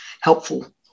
helpful